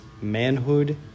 manhood